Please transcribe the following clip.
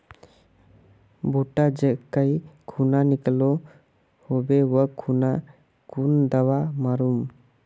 भुट्टा जाई खुना निकलो होबे वा खुना कुन दावा मार्मु?